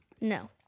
No